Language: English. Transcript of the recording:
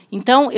Então